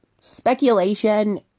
Speculation